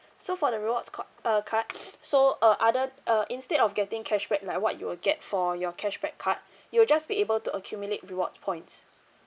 so for the rewards ca~ uh card so uh other uh instead of getting cashback like what you will get for your cashback card you'll just be able to accumulate reward points